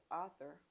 author